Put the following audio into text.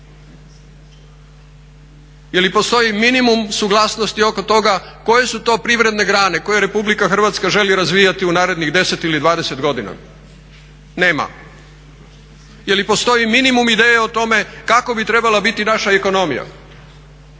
Je li postoji minimum suglasnosti oko toga koje su to privredne grane koje Republika Hrvatska želi razvijati u narednih 10 ili 20 godina? Nema. Je li postoji minimum ideje o tome kakva bi trebala biti naša ekonomija,